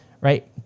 right